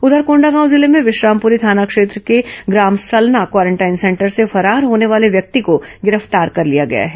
उघर कोंडागांव जिले में विश्रामपुरी थाना क्षेत्र के ग्राम सलना क्वारेंटाइन सेंटर से फरार होने वाले व्यक्ति को गिरफ्तार कर लिया गया है